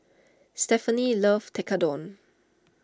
Stephenie loves Tekkadon